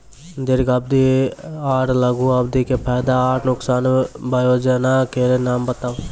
दीर्घ अवधि आर लघु अवधि के फायदा आर नुकसान? वयोजना के नाम बताऊ?